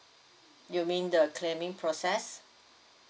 you mean the claiming process